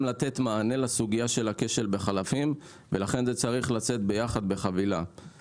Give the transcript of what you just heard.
לתת מענה לסוגיה של הכשל בחלפים ולכן זה צריך לצאת ביחד בחבילה.